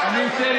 אני אתן